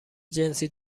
جنسی